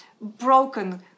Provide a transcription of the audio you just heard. broken